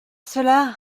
cela